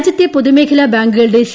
രാജ്യത്തെ പൊതുമേഖ്ലാ് ബ്രാങ്കുകളുടെ സി